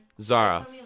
Zara